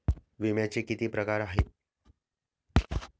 विम्याचे किती प्रकार आहेत?